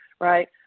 right